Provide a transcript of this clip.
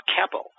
Keppel